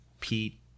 Pete